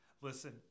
Listen